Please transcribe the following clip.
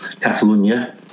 Catalonia